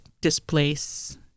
displace